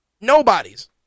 Nobody's